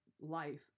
life